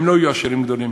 הם לא יהיו עשירים גדולים.